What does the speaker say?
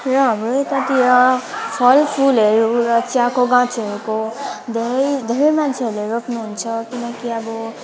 र हाम्रो यतातिर फलफुलहरू र चियाको गाछहरूको धेरै धेरै मान्छेहरूले रोप्नुहुन्छ किनकि अब